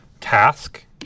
task